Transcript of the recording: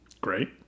Great